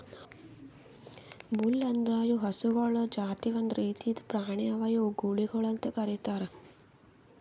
bull ಅಂದುರ್ ಇವು ಹಸುಗೊಳ್ ಜಾತಿ ಒಂದ್ ರೀತಿದ್ ಪ್ರಾಣಿ ಅವಾ ಇವುಕ್ ಗೂಳಿಗೊಳ್ ಅಂತ್ ಕರಿತಾರ್